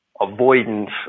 avoidance